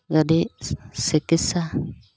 যদি চিকিৎসা